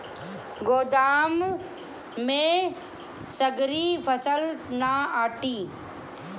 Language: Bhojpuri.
गोदाम में सगरी फसल ना आटी